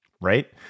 right